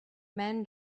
men